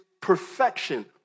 perfection